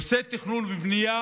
נושא התכנון והבנייה